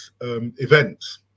events